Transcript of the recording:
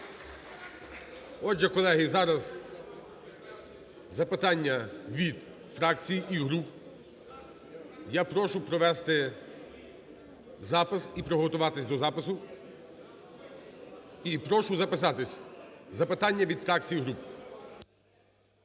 Отже, колеги, зараз запитання від фракцій і груп. Я прошу провести запис і приготуватись до запису. І прошу записатись: запитання від фракцій і груп.